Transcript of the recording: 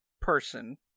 person